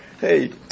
Hey